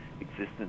existence